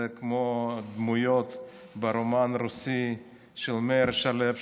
זה כמו הדמויות ב"רומן רוסי" של מאיר שלו,